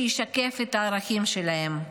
שישקף את הערכים שלהם.